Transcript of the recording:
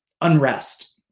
unrest